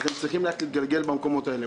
אז הם צריכים להתגלגל במקומות האלה.